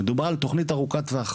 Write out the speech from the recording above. כבר מגיל מאד מאד צעיר,